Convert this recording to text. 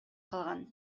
калган